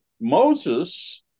Moses